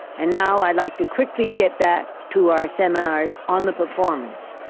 and now, i'd like to quickly get back to our seminars on the performance.